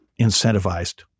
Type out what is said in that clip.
incentivized